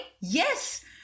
Yes